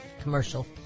commercial